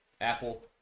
Apple